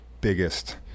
biggest